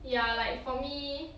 ya like for me